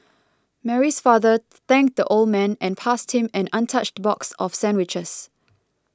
mary's father thanked the old man and passed him an untouched box of sandwiches